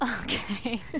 Okay